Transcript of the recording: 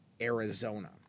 Arizona